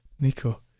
Nico